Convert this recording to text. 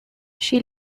she